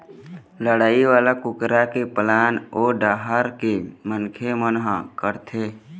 लड़ई वाला कुकरा के पालन ओ डाहर के मनखे मन ह करथे